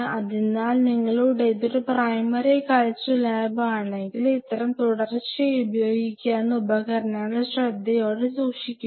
അതിനാൽ നിങ്ങളുടേത് ഒരു പ്രൈമറി കൾച്ചർ ലാബാനെങ്കിൽ ഇത്തരം തുടർച്ചയായി ഉപയോഗിക്കുന്ന ഉപകരണങ്ങളെ ശ്രദ്ധയോടെ സൂക്ഷിക്കുക